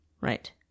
Right